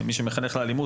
מי שמחנך לאלימות,